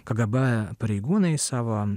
kgb pareigūnai savo